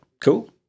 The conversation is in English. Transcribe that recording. cool